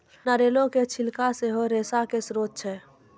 नारियलो के छिलका सेहो रेशा के स्त्रोत छै